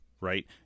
right